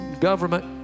government